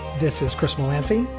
this is chris malathy,